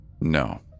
No